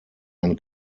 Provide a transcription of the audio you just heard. ein